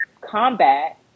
combat